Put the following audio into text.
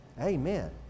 Amen